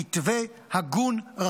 מתווה הגון,